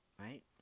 right